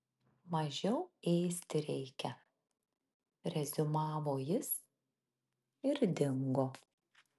mažiau ėsti reikia reziumavo jis ir dingo